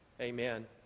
Amen